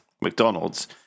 McDonald's